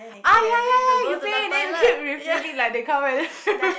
ah ya ya ya you say then you keep repeating like they come back then